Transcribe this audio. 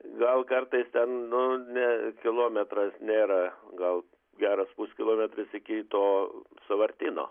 gal kartais ten nu ne kilometras nėra gal geras puskilometris iki to sąvartyno